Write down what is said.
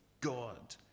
God